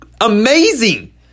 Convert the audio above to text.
amazing